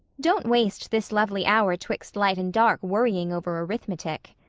don't waste this lovely hour twixt light and dark worrying over arithmetic.